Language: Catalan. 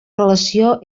relació